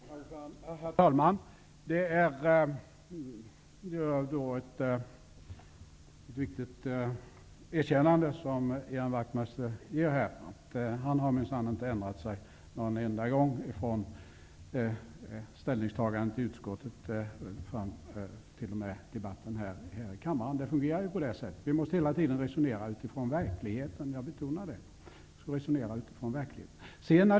Herr talman! Det är ett viktigt erkännande som Ian Wachtmeister ger när han säger att han minsann inte har ändrat sig en enda gång från ställningstagandet i utskottet fram till debatten här i kammaren. Det fungerar på det sättet. Vi måste resonera utifrån verkligheten, vilket jag betonar att vi skall göra.